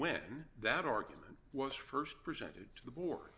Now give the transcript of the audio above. when that argument was st presented to the board